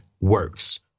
works